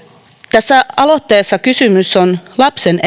tässä aloitteessa kysymys on lapsen